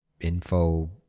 info